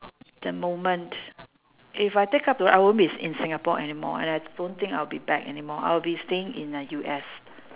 the moment if I take up the r~ I won't be in singapore anymore and I don't think I will be back anymore I will be staying in the U_S